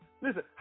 Listen